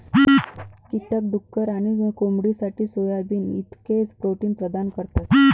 कीटक डुक्कर आणि कोंबडीसाठी सोयाबीन इतकेच प्रोटीन प्रदान करतात